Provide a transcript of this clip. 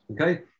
Okay